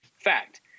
Fact